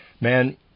Man